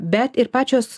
bet ir pačios